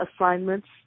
assignments